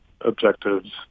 objectives